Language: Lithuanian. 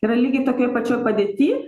yra lygiai tokioj pačioj padėty